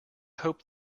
hope